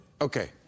Okay